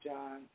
John